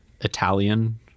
Italian